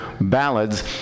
ballads